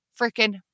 freaking